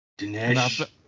dinesh